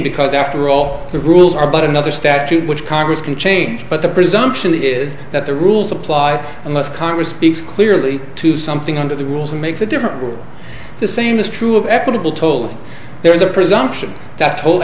because after all the rules are but another statute which congress can change but the presumption is that the rules apply unless congress speaks clearly to something under the rules and makes a difference the same is true of equitable told there is a presumption that